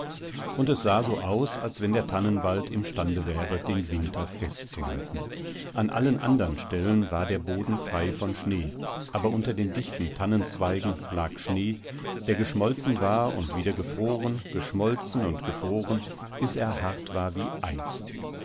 und es sah so aus als wenn der tannenwald imstande wäre den winter festzuhalten an allen andern stellen war der boden frei von schnee aber unter den dichten tannenzweigen lag schnee der geschmolzen war und wiedergefroren geschmolzenundgefroren biserhartwarwieeis demjungenwares alsseierineinewildnis ineinwinterlandgekommen undihmwardsounheimlichzumute daßergernlautgeschrienhätte er war hungrig er